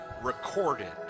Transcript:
recorded